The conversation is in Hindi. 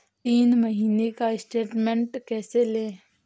तीन महीने का स्टेटमेंट कैसे लें?